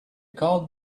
called